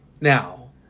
now